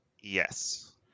Yes